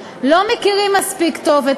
הוא לא פטור מתיעוד.